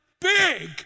big